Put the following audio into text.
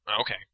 Okay